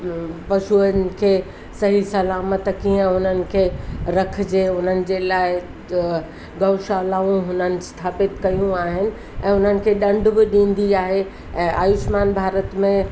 पशुअनि खे सही सलामत कीअं उन्हनि खे रखिजे उन्हनि जे लाइ त गऊ शालाऊं हुननि स्थापित कयूं आहिनि ऐं उन्हनि खे दंड बि ॾींदी आहे ऐं आयुष्मान भारत में